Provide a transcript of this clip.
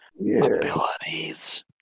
abilities